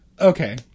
okay